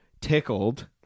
Tickled